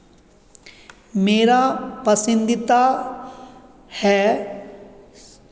मेरा पसंदीदा है